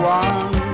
one